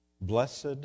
blessed